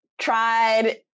tried